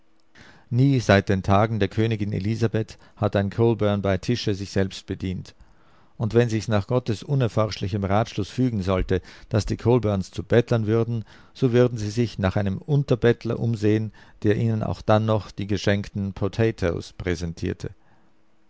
nie seit den tagen der königin elisabeth hat ein colburn bei tische sich selbst bedient und wenn sich's nach gottes unerforschlichem ratschluß fügen sollte daß die colburns zu bettlern würden so würden sie sich nach einem unter bettler umsehen der ihnen auch dann noch die geschenkten potatoes präsentierte